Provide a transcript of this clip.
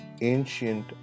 ancient